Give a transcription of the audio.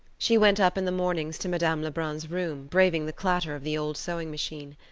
she went up in the mornings to madame lebrun's room, braving the clatter of the old sewing-machine.